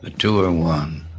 the two in one.